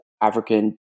African